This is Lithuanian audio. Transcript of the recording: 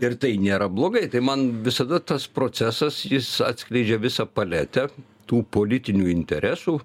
ir tai nėra blogai tai man visada tas procesas jis atskleidžia visą paletę tų politinių interesų